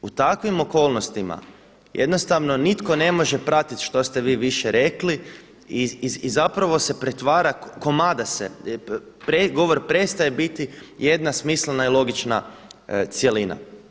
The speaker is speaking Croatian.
U takvim okolnostima jednostavno nitko ne može pratiti što ste vi više rekli i zapravo se pretvara, komada se, govor prestaje biti jedna smislena i logična cjelina.